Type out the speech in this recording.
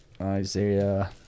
Isaiah